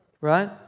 right